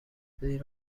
زیر